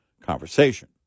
conversation